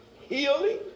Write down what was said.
healing